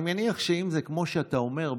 אני מניח שאם זה כמו שאתה אומר,